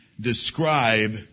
describe